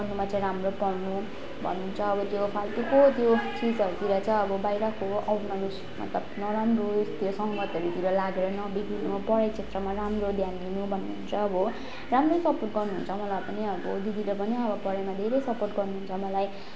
पढ्नुमा चाहिँ राम्रो पढ्नु भन्नुहुन्छ अब त्यो फाल्तुको त्यो चिजहरूतिर चाहिँ अब बाहिरको आउटनलेज मतलब नराम्रो सङ्गतहरूतिर लागेर नबिग्रिनु पढाइ क्षेत्रमा राम्रो ध्यान दिनु भन्नहुन्छ अब राम्रै सपोर्ट गर्नुहुन्छ मलाई पनि अब दिदीले पनि अब पढाइमा धेरै सपोर्ट गर्नुहुन्छ मलाई